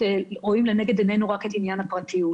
רואים לנגד עינינו רק את עניין הפרטיות.